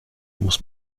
muss